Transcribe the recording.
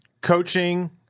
coaching